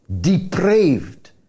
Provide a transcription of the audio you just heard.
depraved